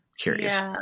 curious